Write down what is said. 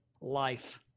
life